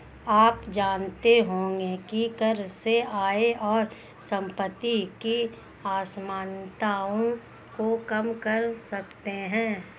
आप जानते होंगे की कर से आय और सम्पति की असमनताओं को कम कर सकते है?